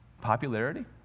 popularity